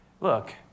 look